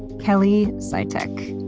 kelly sitek.